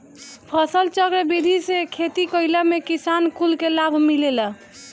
फसलचक्र विधि से खेती कईला में किसान कुल के लाभ मिलेला